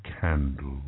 candle